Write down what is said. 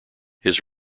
his